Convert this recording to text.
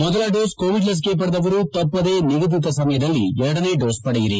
ಮೊದಲ dose Covid ಲಸಿಕೆ ಪಡೆದವರು ತಪ್ಪದೇ ನಿಗದಿತ ಸಮಯದಲ್ಲಿ ಎರಡನೇ ಡೋಸ್ ಪಡೆಯಿರಿ